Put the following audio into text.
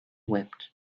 wept